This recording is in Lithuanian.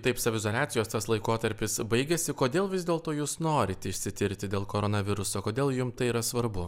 taip saviizoliacijos tas laikotarpis baigiasi kodėl vis dėlto jūs norit išsitirti dėl koronaviruso kodėl jum tai yra svarbu